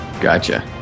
Gotcha